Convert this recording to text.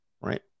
right